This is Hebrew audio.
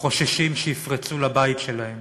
חוששים שיפרצו לבית שלהם,